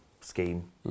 scheme